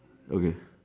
okay